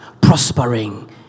Prospering